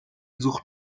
sucht